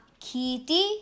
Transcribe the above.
Kitty